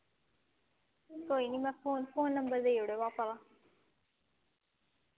कोई निं में फोन फोन नंबर देई ओड़ेयो पापा दा